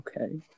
Okay